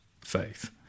faith